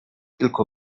tylko